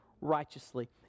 righteously